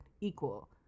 equal